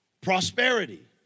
prosperity